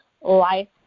life